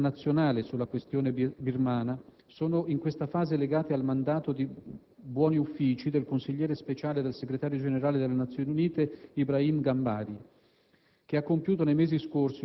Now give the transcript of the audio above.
Le attese della comunità internazionale sulla questione birmana sono in questa fase legate al mandato di buoni uffici del consigliere speciale del Segretario generale delle Nazioni Unite Ibrahim Gambari,